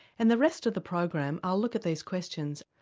and the rest of the program i'll look at these questions,